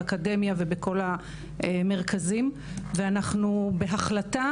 באקדמיה ובכל המרכזים ואנחנו בהחלטה